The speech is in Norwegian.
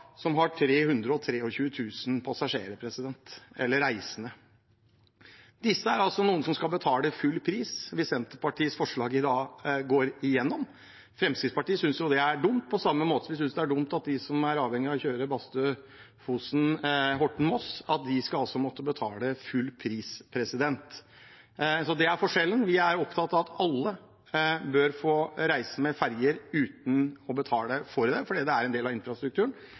dem har trafikk på over 100 000 passasjerer. Og tallene for 6 av de 24 ferjestrekningene: Molde–Vestnes, 1,5 millioner, Hareid–Sulesund, 1,2 millioner, Sykkylven–Magerholm, 1,1 millioner, Volda–Lauvstad og Stranda–Liabygda, 323 000 passasjerer, eller reisende. Her er det altså noen som skal betale full pris hvis Senterpartiets forslag i dag går gjennom. Fremskrittspartiet synes det er dumt, på samme måte som vi synes det er dumt at de som er avhengige av å kjøre Bastø Fosen, Horten–Moss, skal måtte betale full pris. Så det er forskjellen. Vi er opptatt av at alle bør få reise med ferjer uten å betale for